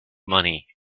money